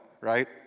right